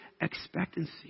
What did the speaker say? expectancy